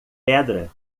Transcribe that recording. pedra